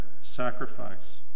sacrifice